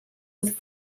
with